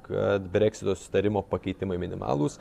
kad breksito susitarimo pakeitimai minimalūs